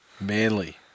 Manly